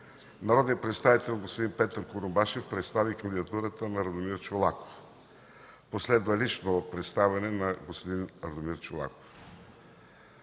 Народният представител господин Петър Курумбашев представи кандидатурата на господин Радомир Чолаков. Последва лично представяне на господин Радомир Чолаков.